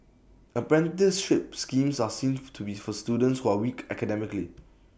apprenticeship schemes are seen to be for students who are weak academically